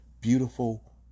beautiful